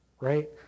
right